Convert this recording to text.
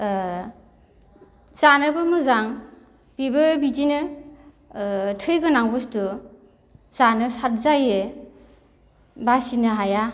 ओ जानोबो मोजां बेबो बिदिनो ओ थै गोनां बुसथु जानो साद जायो बासिनो हाया